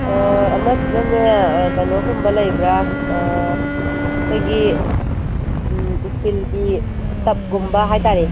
ꯑꯃꯁꯤꯅꯅꯦ ꯀꯩꯅꯣꯒꯨꯝꯕ ꯂꯩꯕ꯭ꯔꯥ ꯑꯩꯈꯣꯏꯒꯤ ꯏꯁꯇꯤꯜꯒꯤ ꯇꯞꯒꯨꯝꯕ ꯍꯥꯏꯇꯥꯔꯦ